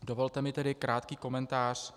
Dovolte mi tedy krátký komentář.